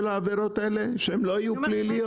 העבירות האלה כדי שהן לא יהיו פליליות?